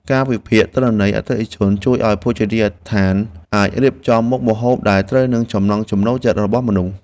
ការវិភាគទិន្នន័យអតិថិជនជួយឱ្យភោជនីយដ្ឋានអាចរៀបចំមុខម្ហូបដែលត្រូវនឹងចំណង់ចំណូលចិត្តរបស់មនុស្ស។